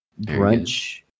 Brunch